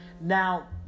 Now